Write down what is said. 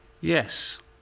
Yes